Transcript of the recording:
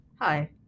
Hi